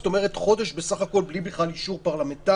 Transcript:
זאת אומרת חודש בסך הכול בלי בכלל אישור פרלמנטרי.